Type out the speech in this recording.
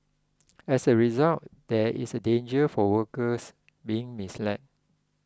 as a result there is a danger for workers being misled